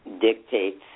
dictates